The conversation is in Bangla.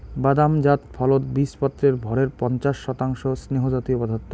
বাদাম জাত ফলত বীচপত্রর ভরের পঞ্চাশ শতাংশ স্নেহজাতীয় পদার্থ